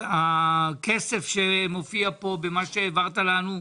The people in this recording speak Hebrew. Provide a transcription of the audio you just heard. הכסף שמופיע כאן במה שהעברת לנו,